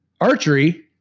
Archery